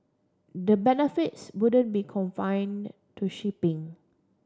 the benefits wouldn't be confined to shipping